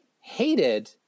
hated –